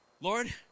Lord